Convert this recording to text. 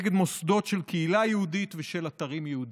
נגד מוסדות של קהילה יהודית ושל אתרים יהודיים.